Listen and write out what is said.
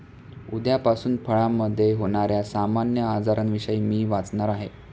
उद्यापासून फळामधे होण्याऱ्या सामान्य आजारांविषयी मी वाचणार आहे